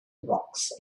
rocks